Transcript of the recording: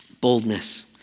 boldness